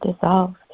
dissolved